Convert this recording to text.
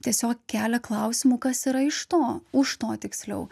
tiesiog kelia klausimų kas yra iš to už to tiksliau